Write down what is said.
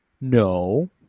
no